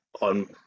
on